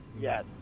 Yes